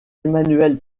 emmanuel